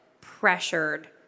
pressured